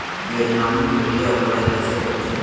योजनामा के लिए अप्लाई कैसे करिए?